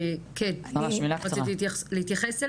רצית להתייחס?